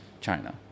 China